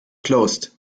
closed